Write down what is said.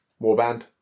warband